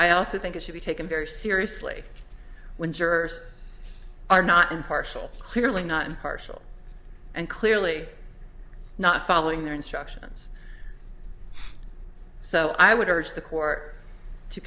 i also think it should be taken very seriously when jurors are not impartial clearly not impartial and clearly not following their instructions so i would urge the court to